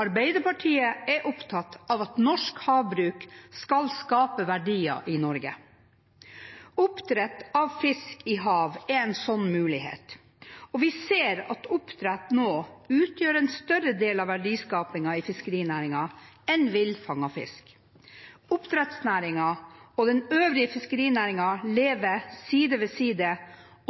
Arbeiderpartiet er opptatt av at norsk havbruk skal skape verdier i Norge. Oppdrett av fisk i hav er en slik mulighet, og vi ser at oppdrett nå utgjør en større del av verdiskapingen i fiskerinæringen enn villfanget fisk. Oppdrettsnæringen og den øvrige fiskerinæringen lever side ved side